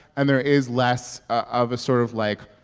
and there is less of a sort of, like,